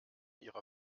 ihrer